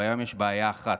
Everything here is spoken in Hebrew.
בים יש בעיה אחת: